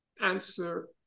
answer